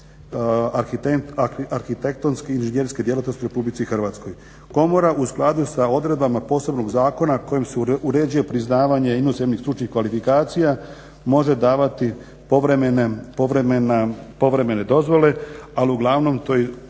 Komora u skladu sa odredbama posebnog zakona kojim se uređuje priznavanje inozemnih stručnih kvalifikacija može davati povremene dozvole, ali uglavnom to je u uskoj